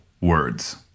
words